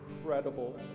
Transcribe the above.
incredible